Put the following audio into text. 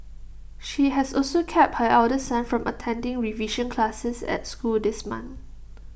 she has also kept her elder son from attending revision classes at school this month